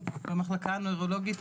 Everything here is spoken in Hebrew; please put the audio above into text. במחלקה הנוירולוגית,